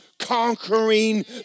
conquering